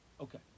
Okay